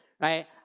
right